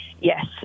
Yes